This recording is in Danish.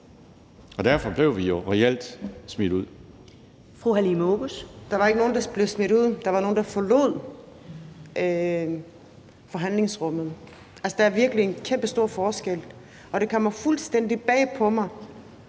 10:51 Halime Oguz (SF): Der var ikke nogen, der blev smidt ud. Der var nogle, der forlod forhandlingsrummet. Der er virkelig en kæmpestor forskel. Og det kommer fuldstændig bag på mig,